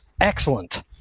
excellent